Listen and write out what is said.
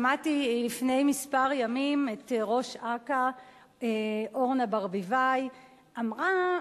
שמעתי לפני כמה ימים את ראש אכ"א אורנה ברביבאי אומרת